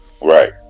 Right